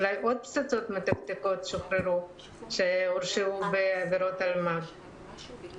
אולי עוד פצצות מתקתקות שהורשעו בעבירות אלמ"ב שוחררו.